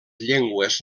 llengües